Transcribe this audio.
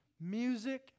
music